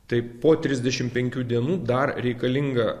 tai po trisdešim penkių dienų dar reikalinga